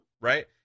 right